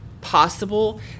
possible